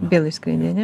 vėl išskrendi ane